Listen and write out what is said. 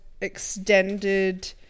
extended